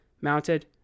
mounted